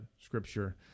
Scripture